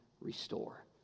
restore